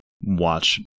watch